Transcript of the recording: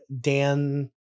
Dan